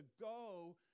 go